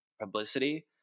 publicity